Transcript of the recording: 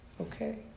okay